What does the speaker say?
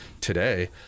today